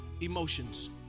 emotions